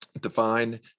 define